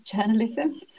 journalism